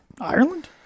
Ireland